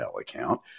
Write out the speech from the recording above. account